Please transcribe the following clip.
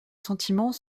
sentiment